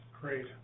Great